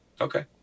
Okay